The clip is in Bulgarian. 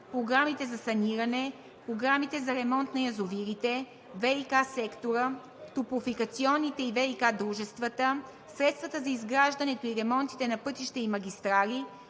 програмите за саниране; програмите за ремонт на язовирите; ВиК сектора; топлофикационните и ВиК дружествата; средствата за изграждането и ремонтите на пътища и магистрали,